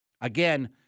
Again